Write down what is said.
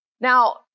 Now